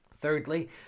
Thirdly